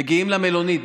מגיעים למלונית.